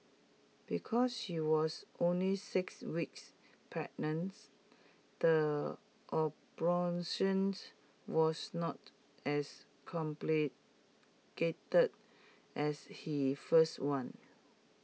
because she was only six weeks pregnant the abortions was not as complicated as her first one